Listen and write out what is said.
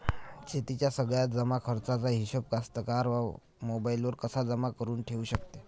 शेतीच्या सगळ्या जमाखर्चाचा हिशोब कास्तकार मोबाईलवर कसा जमा करुन ठेऊ शकते?